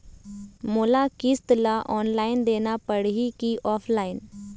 मोला किस्त ला ऑनलाइन देना पड़ही की ऑफलाइन?